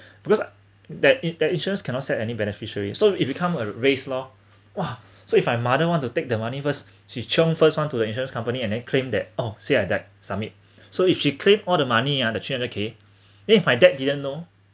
because that it that insurance cannot set any beneficiary so it become a race lor !wah! so if my mother want to take the money first she chiong first one to the insurance company and then claim that oh see at that summit so if she claim all the money ah the three hundred K then if my dad didn't know